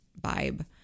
vibe